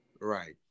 Right